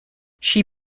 she